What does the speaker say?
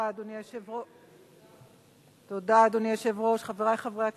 אדוני היושב-ראש, תודה, חברי חברי הכנסת,